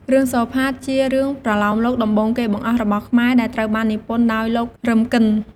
រឿងសូផាត ជារឿងប្រលោមលោកដំបូងគេបង្អស់របស់ខ្មែរ ដែលត្រូវបាននិពន្ធដោយ លោក រឹម គិន។